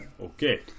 Okay